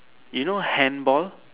you know handball